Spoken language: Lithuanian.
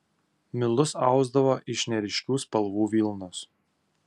milus ausdavo iš neryškių spalvų vilnos